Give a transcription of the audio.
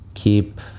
keep